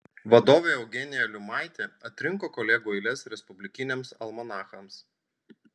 vadovė eugenija liumaitė atrinko kolegų eiles respublikiniams almanachams